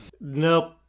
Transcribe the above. Nope